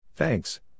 Thanks